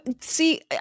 See